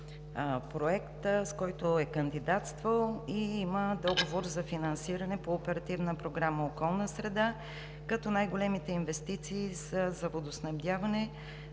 проект, с който е кандидатствал, и има договор за финансиране по Оперативна програма „Околна среда“, като най големите инвестиции са за водоснабдяване.